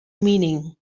meaning